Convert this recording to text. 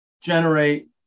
generate